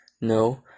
no